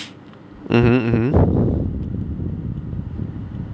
mmhmm mmhmm